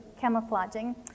camouflaging